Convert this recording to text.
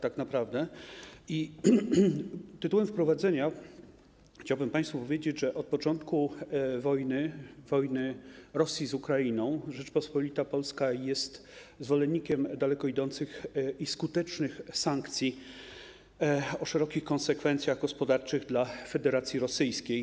Tytułem wprowadzenia chciałbym państwu powiedzieć, że od początku wojny, wojny Rosji z Ukrainą, Rzeczpospolita Polska jest zwolennikiem daleko idących i skutecznych sankcji o szerokich konsekwencjach gospodarczych dla Federacji Rosyjskiej.